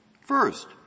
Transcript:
First